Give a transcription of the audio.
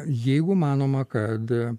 jeigu manoma kad